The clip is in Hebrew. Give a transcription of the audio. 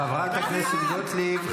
חברת הכנסת גוטליב,